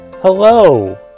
Hello